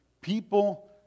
people